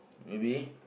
maybe